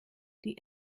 die